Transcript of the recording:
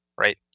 right